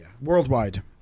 Worldwide